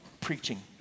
preaching